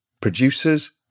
Producers